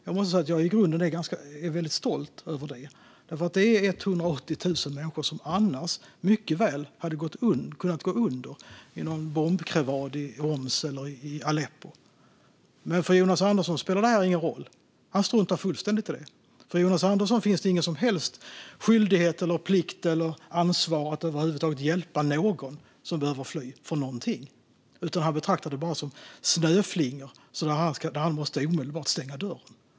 Jag måste säga att jag i grunden är väldigt stolt över det, för det är 180 000 människor som annars mycket väl hade kunnat gå under i någon bombkrevad i Hums eller i Aleppo. Men för Jonas Andersson spelar detta ingen roll. Han struntar fullständigt i det. För Jonas Andersson finns det ingen som helst skyldighet eller plikt - eller något ansvar - att över huvud taget hjälpa någon som behöver fly från någonting. Han betraktar det bara som snöflingor, och han måste omedelbart stänga dörren.